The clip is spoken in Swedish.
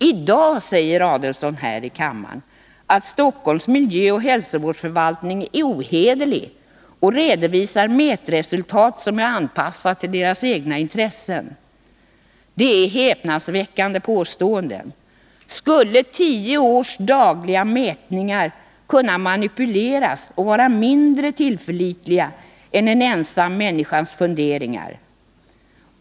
I dag säger herr Adelsohn här i kammaren att Stockholms miljöoch hälsovårdsförvaltning är ohederlig och redovisar mätresultat som är anpassade till dess egna intressen. Det är ett häpnadsväckande påstående. Skulle tio års dagliga mätningar kunna manipuleras och vara mindre tillförlitliga än en ensam människas funderingar?